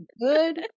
good